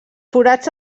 forats